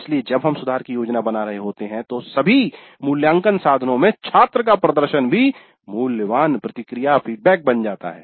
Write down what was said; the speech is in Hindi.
इसलिए जब हम सुधार की योजना बना रहे होते हैं तो सभी मूल्यांकन साधनों में छात्र का प्रदर्शन भी मूल्यवान प्रतिक्रिया बन जाता है